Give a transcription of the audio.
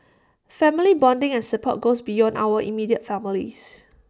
family bonding and support goes beyond our immediate families